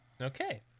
Okay